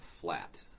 flat